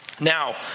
Now